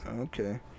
okay